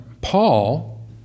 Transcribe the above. Paul